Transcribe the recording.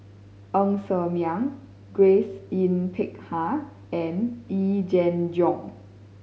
Ng Ser Miang Grace Yin Peck Ha and Yee Jenn Jong